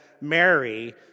Mary